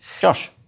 Josh